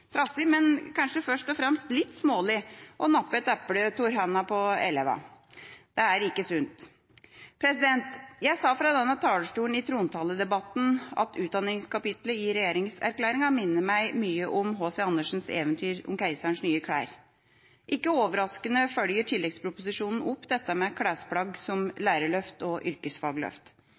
trassig, men kanskje først og fremst litt smålig, å nappe eplene ut av hendene på elevene. Det er ikke sunt. Jeg sa fra denne talerstolen i trontaledebatten at utdanningskapittelet i regjeringserklæringen minner meg mye om H.C. Andersens eventyr om keiserens nye klær. Ikke overraskende følger tilleggsproposisjonen opp dette, med «klesplagg» som lærerløft og yrkesfagløft.